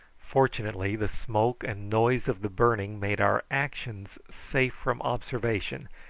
fortunately the smoke and noise of the burning made our actions safe from observation,